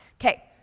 okay